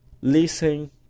listen